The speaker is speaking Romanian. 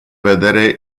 vedere